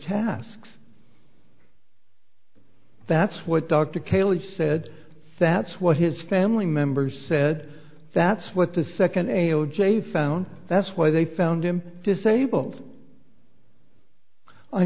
tasks that's what dr cayley's said that's what his family members said that's what the second a o j found that's why they found him disabled i